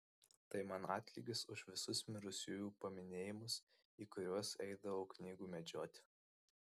tai man atlygis už visus mirusiųjų paminėjimus į kuriuos eidavau knygų medžioti